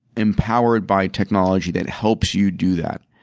empowered by technology that helps you do that.